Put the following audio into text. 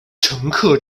乘客